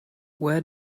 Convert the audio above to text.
where